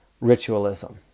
ritualism